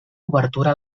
obertura